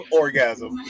orgasm